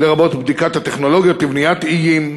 לרבות בדיקת הטכנולוגיות לבניית איים,